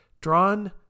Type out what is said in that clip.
drawn